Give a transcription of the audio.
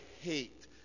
hate